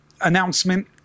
announcement